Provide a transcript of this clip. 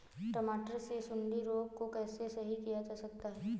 टमाटर से सुंडी रोग को कैसे सही किया जा सकता है?